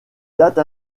dates